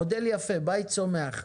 זה מודל יפה: בית צומח.